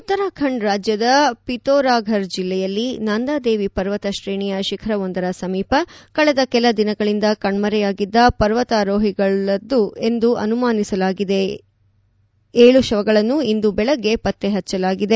ಉತ್ತರಾಖಂಡ್ ರಾಜ್ಯದ ಪಿತೋರಾಘರ್ ಜಿಲ್ಲೆಯಲ್ಲಿ ನಂದಾದೇವಿ ಪರ್ವತ ಶ್ರೇಣಿಯ ಶಿಖರವೊಂದರ ಸಮೀಪ ಕಳೆದ ಕೆಲ ದಿನಗಳಿಂದ ಕಣ್ಟರೆಯಾಗಿದ್ದ ಪರ್ವತಾರೋಹಿಗಳದ್ದು ಎಂದು ಅನುಮಾನಿಸಲಾದ ಏಳು ಶವಗಳನ್ನು ಇಂದು ಬೆಳಗ್ಗೆ ಪತ್ತೆ ಹಚ್ಚಲಾಗಿದೆ